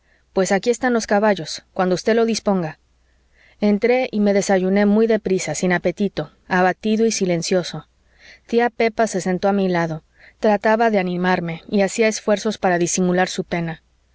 pues aquí están los caballos cuando usted lo disponga entré y me desayuné muy de prisa sin apetito abatido silencioso tía pepa se sentó a mi lado trataba de animarme y hacía esfuerzos para disimular su pena